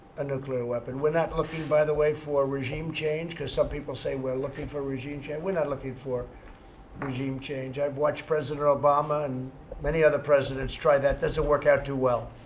a nuclear weapon. we're not looking, by the way, for regime change, because some people say we're looking for regime change. we're not looking for regime change. i've watched president obama and many other presidents try that. it doesn't work out too well.